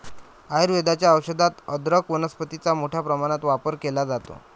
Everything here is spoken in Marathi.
आयुर्वेदाच्या औषधात अदरक वनस्पतीचा मोठ्या प्रमाणात वापर केला जातो